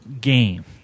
game